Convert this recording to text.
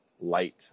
light